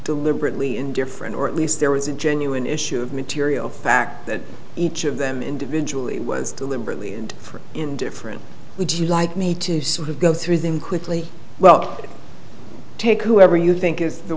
deliberately indifferent or at least there was a genuine issue of material fact that each of them individually was deliberately and for in different would you like me to sort of go through them quickly well take whoever you think is the